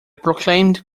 proclaimed